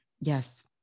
Yes